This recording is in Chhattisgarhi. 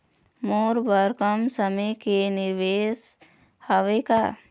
मोर बर कम समय के कोई निवेश हावे का?